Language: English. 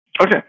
Okay